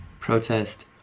Protest